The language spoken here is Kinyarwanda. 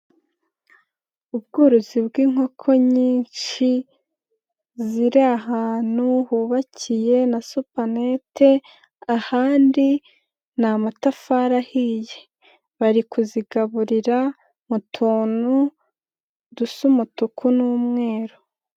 Ubworozi bw'inkoko nyinshi, ziri ahantu hubakiye na supanete, ahandi ni amatafari ahiye, bari kuzigaburira mu tuntu dusa umutuku n'umweru.